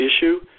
issue